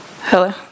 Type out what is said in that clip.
Hello